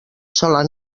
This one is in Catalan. sola